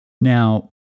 Now